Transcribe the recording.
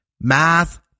Math